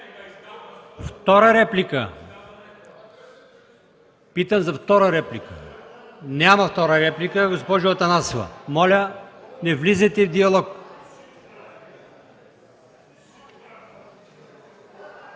Втора реплика? Питам за втора реплика? Няма втора реплика. Госпожа Атанасова, заповядайте. Моля, не влизайте в диалог.